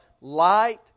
light